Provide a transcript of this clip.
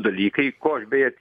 dalykai ko aš beje